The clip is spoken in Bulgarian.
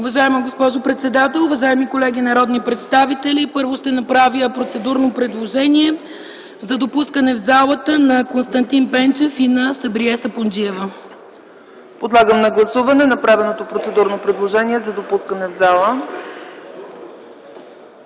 Уважаема госпожо председател, уважаеми колеги народни представители! Първо ще направя процедурно предложение за допускане в залата на Константин Пенчев и Сабрие Сапунджиева. ПРЕДСЕДАТЕЛ ЦЕЦКА ЦАЧЕВА: Подлагам на гласуване направеното процедурно предложение за допускане в залата.